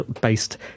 based